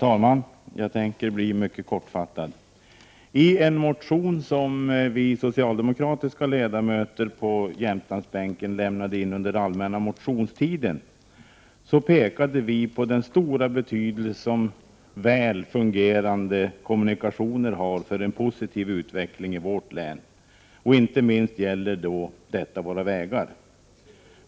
Herr talman! I en motion, som vi socialdemokratiska ledamöter på Jämtlandsbänken lämnade in under allmänna motionstiden, pekade vi på den stora betydelse som väl fungerande kommunikationer har för en positiv utveckling i vårt län. Inte minst gäller detta våra vägar.